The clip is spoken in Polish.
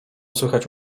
słychać